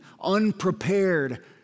unprepared